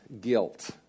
guilt